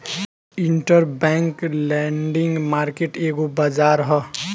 interbank lending market एगो बाजार ह